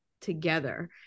together